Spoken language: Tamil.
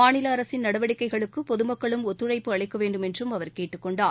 மாநிலஅரசின் நடவடிக்கைகளுக்குபொதுமக்களும் ஒத்துழைப்பு அளிக்கவேண்டும் என்றும் அவர் கேட்டுக் கொண்டார்